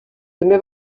també